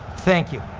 thank you.